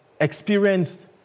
experienced